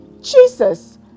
Jesus